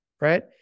right